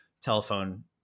telephone